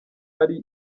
ari